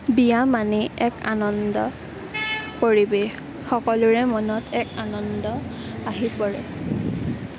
বিয়া মানে এক আনন্দ পৰিৱেশ সকলোৰে মনত এক আনন্দ আহি পৰে